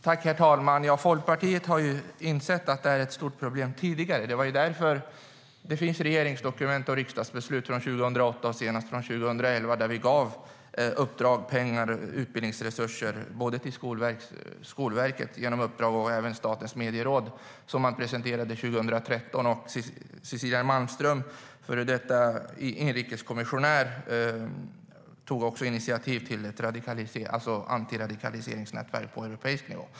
Herr talman! Folkpartiet har insett att detta är ett stort problem tidigare. Det finns regeringsdokument och riksdagsbeslut från 2008 och senast från 2011 där vi gav uppdrag och utbildningsresurser till Skolverket och Statens Medieråd som man presenterade 2013. Cecilia Malmström, före detta inrikeskommissionär, tog också initiativ till ett antiradikaliseringsnätverk på europeisk nivå.